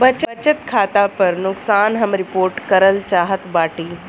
बचत खाता पर नुकसान हम रिपोर्ट करल चाहत बाटी